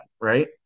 right